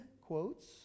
quotes